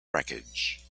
wreckage